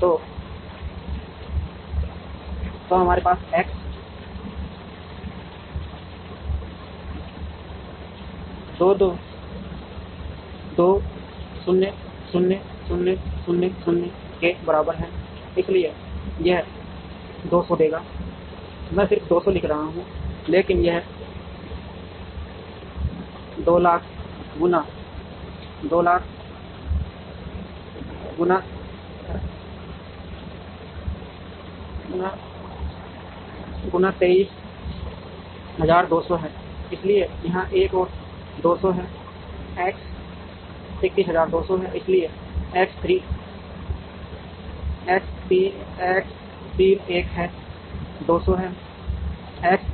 तो हमारे पास एक्स 2 2 200000 के बराबर है इसलिए यह 200 देगा मैं सिर्फ 200 लिख रहा हूं लेकिन यह 200000 X 2 3 200 है इसलिए यहां एक और 200 है X 3 1 200 है इसलिए X 3 1 है 200 है एक्स